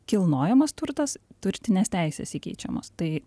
kilnojamas turtas turtinės teisės įkeičiamos tai